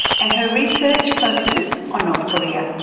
and her research focuses on north korea.